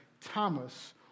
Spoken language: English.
Thomas